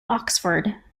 oxford